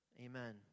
Amen